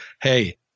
Hey